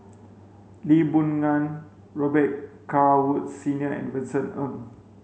Lee Boon Ngan Robet Carr Woods Senior and Vincent Ng